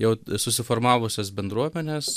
jau susiformavusias bendruomenes